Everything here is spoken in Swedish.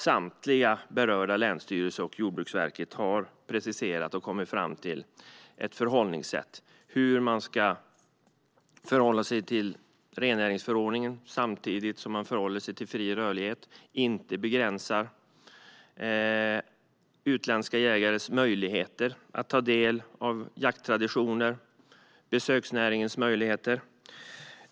Samtliga berörda länsstyrelser och Jordbruksverket har preciserat och kommit fram till hur man ska förhålla sig till rennäringsförordningen samtidigt som man förhåller sig till fri rörlighet och inte begränsar utländska jägares möjligheter att ta del av jakttraditioner och besöksnäringens möjligheter.